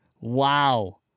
wow